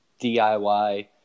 DIY